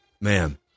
man